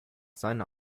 seiner